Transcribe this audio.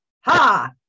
ha